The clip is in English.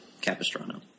Capistrano